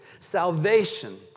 Salvation